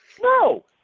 No